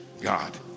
God